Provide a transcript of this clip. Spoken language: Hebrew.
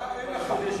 הלכה אין אחת.